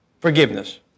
forgiveness